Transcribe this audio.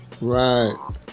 Right